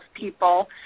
people